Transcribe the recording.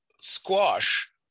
squash